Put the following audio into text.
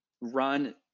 run